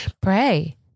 pray